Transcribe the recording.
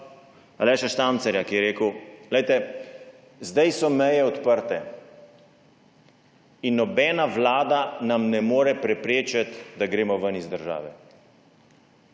Aleša Štancarja, ki je rekel: »Zdaj so meje odprte in nobena vlada nam ne more preprečiti, da gremo ven iz države.«